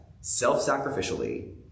self-sacrificially